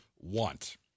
want